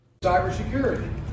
cybersecurity